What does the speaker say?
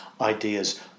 ideas